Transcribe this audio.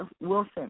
wilson